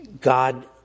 God